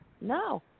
No